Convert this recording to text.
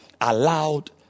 allowed